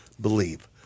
believe